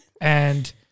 And-